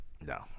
No